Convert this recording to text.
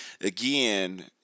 again